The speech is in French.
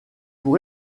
pour